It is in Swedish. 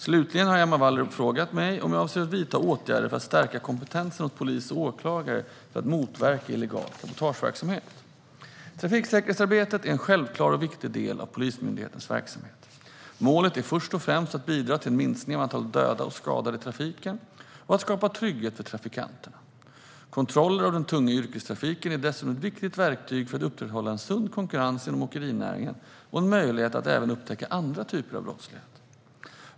Slutligen har Emma Wallrup frågat mig om jag avser att vidta åtgärder för att stärka kompetensen hos polis och åklagare för att motverka illegal cabotageverksamhet. Trafiksäkerhetsarbetet är en självklar och viktig del av Polismyndighetens verksamhet. Målet är först och främst att bidra till en minskning av antalet döda och skadade i trafiken och att skapa trygghet för trafikanterna. Kontroller av den tunga yrkestrafiken är dessutom ett viktigt verktyg för att upprätthålla en sund konkurrens inom åkerinäringen och en möjlighet att även upptäcka andra typer av brottslighet.